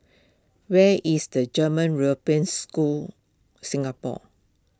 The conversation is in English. where is the German European School Singapore